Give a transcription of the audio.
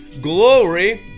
glory